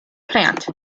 plant